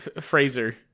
Fraser